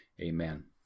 amen